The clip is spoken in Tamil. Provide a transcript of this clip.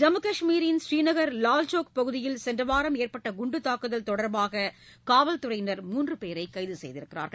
ஜம்மு காஷ்மீரின் ஸ்ரீநகர் லால்சவுக் பகுதியில் சென்றவாரம் ஏற்பட்ட குண்டு தாக்குதல் தொடர்பாக காவல்துறையின் மூன்று பேரை கைது செய்திருக்கிறார்கள்